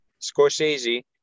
Scorsese